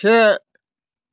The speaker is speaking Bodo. से